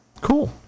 Cool